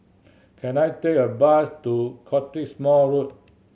can I take a bus to Cottesmore Road